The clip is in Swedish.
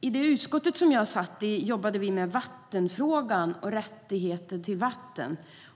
I det utskott jag satt i jobbade vi med vattenfrågan och rätten till vatten.